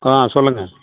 ஆ சொல்லுங்கள்